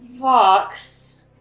Vox